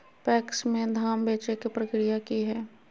PACS में धाम बेचे के प्रक्रिया की हय?